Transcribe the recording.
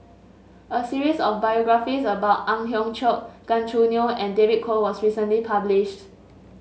a series of biographies about Ang Hiong Chiok Gan Choo Neo and David Kwo was recently published